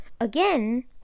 again